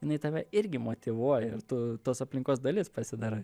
jinai tave irgi motyvuoja ir tu tos aplinkos dalis pasidarai